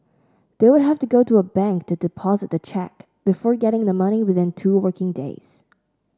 they would have to go to a bank to deposit the cheque before getting the money within two working days